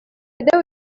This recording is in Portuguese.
deu